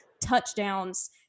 touchdowns